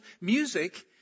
Music